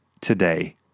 today